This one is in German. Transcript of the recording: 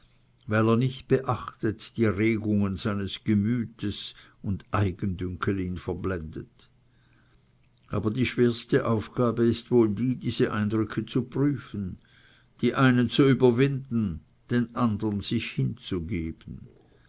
weil er nicht beachtet die regungen seines gemütes und eigendünkel ihn verblendet aber die schwerste aufgabe ist wohl die diese eindrücke zu prüfen die einen zu überwinden den andern sich hinzugeben